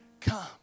Come